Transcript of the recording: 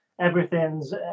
everything's